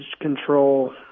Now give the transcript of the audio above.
control